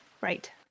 right